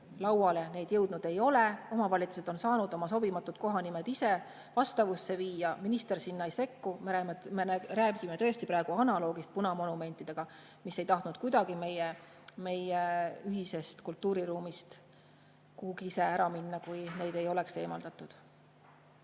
lauale neid jõudnud ei ole. Omavalitsused on saanud oma sobimatud kohanimed ise [nõuetega] vastavusse viia. Minister sinna ei sekku. Me räägime tõesti praegu analoogist punamonumentidega, mis ei tahtnud kuidagi meie ühisest kultuuriruumist kuhugi ise ära kaduda, kui neid ei oleks eemaldatud.